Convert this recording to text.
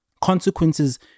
consequences